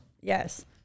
Yes